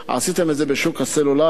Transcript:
עשיתם את זה בשוק הסלולר,